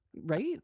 Right